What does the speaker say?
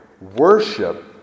worship